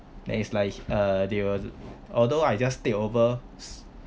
then is like uh they will although I just take over